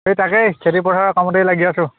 এই তাকেই খেতিপথাৰৰ কামতেই লাগি আছোঁ